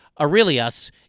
Aurelius